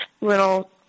little